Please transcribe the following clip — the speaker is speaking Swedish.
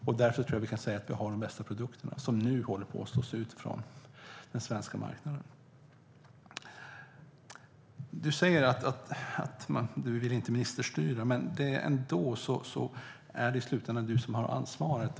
Därför tror jag att vi kan säga att vi har de bästa produkterna - som nu håller på att slås ut från den svenska marknaden. Du säger att du inte vill ministerstyra, Åsa Romson, men i slutändan är det ändå du som har ansvaret.